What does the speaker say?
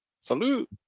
Salute